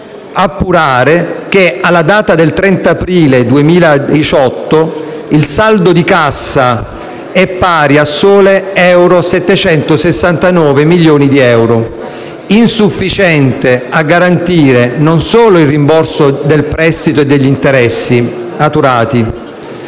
appurare che, alla data del 30 aprile 2018, il saldo di cassa è pari a soli 769 milioni di euro, insufficiente a garantire non solo il rimborso del prestito e degli interessi maturati,